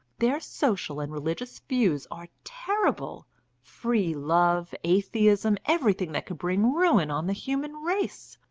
their social and religious views are terrible free-love, atheism, everything that could bring ruin on the human race.